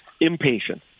impatient